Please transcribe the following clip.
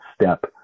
step